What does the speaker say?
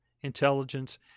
intelligence